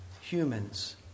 humans